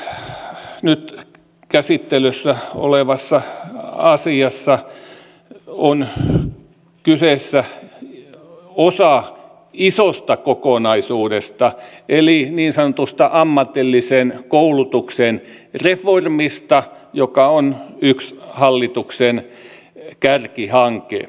tässä nyt käsittelyssä olevassa asiassa on kyse osa isosta kokonaisuudesta eli niin sanotusta ammatillisen koulutuksen reformista joka on yksi hallituksen kärkihanke